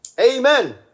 Amen